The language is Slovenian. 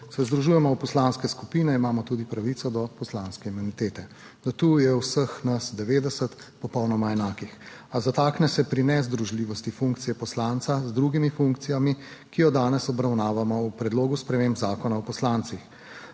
se združujemo v poslanske skupine, imamo tudi pravico do poslanske imunitete. Do tu je vseh nas 90 popolnoma enakih, a zatakne se pri nezdružljivosti funkcije poslanca z drugimi funkcijami, ki jo danes obravnavamo v predlogu sprememb Zakona o poslancih.